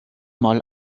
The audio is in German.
mal